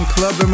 Club